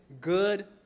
good